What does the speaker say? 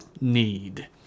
need